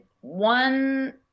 one